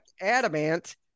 Adamant